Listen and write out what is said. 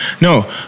No